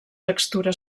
textura